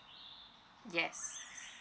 yes